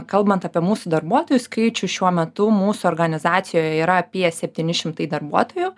kalbant apie mūsų darbuotojų skaičių šiuo metu mūsų organizacijoje yra apie septyni šimtai darbuotojų